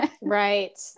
Right